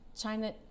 China